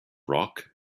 rock